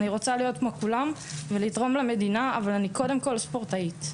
להיות כמו כולם ולתרום למדינה אבל אני קודם כל ספורטאית.